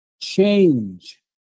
change